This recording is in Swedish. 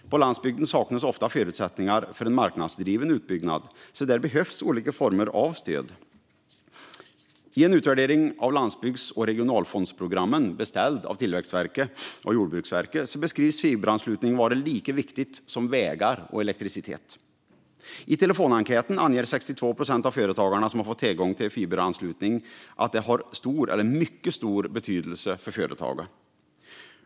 På landsbygden saknas ofta förutsättningar för en marknadsdriven utbyggnad. Där behövs olika former av stöd. I en utvärdering av landsbygds och regionalfondsprogrammen, beställd av Tillväxtverket och Jordbruksverket, beskrivs fiberanslutning vara lika viktigt som vägar och elektricitet. I telefonenkäten anger 62 procent av de företagare som fått tillgång till fiberanslutning att det har stor eller mycket stor betydelse för företaget.